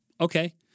Okay